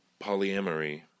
polyamory